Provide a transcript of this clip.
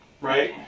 right